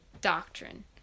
doctrine